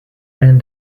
and